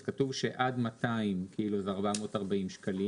אז כתוב שעד 200 ק"ג זה 440 שקלים.